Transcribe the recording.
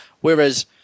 Whereas